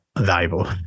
valuable